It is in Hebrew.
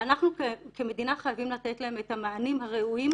ואנחנו כמדינה חייבים לתת להן את המענים הראויים,